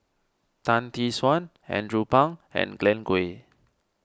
Tan Tee Suan Andrew Phang and Glen Goei